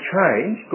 change